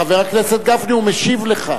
חבר הכנסת גפני, הוא משיב לך.